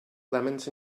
lemons